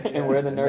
and we're the